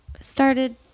started